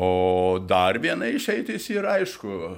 o dar viena išeitis yra aišku